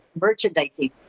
merchandising